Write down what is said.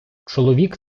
чоловік